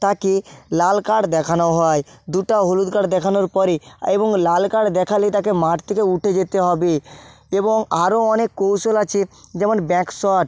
তাকে লাল কার্ড দেখানো হয় দুটা হলুদ কার্ড দেখানোর পরে এবং লাল কার্ড দেখালে তাকে মাঠ থেকে উঠে যেতে হবে এবং আরো অনেক কৌশল আছে যেমন ব্যাক শট